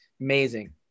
Amazing